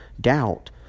doubt